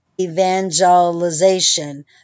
evangelization